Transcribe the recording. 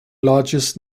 largest